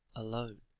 alone,